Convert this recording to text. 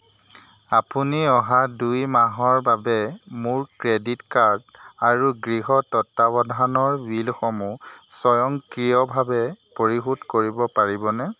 আপুনি অহা দুইমাহৰ বাবে মোৰ ক্ৰেডিট কাৰ্ড আৰু গৃহ তত্বাৱধানৰ বিলসমূহ স্বয়ংক্ৰিয়ভাৱে পৰিশোধ কৰিব পাৰিবনে